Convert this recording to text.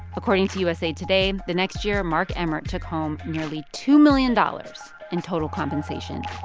according to usa today, the next year, mark emmert took home nearly two million dollars in total compensation